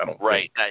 Right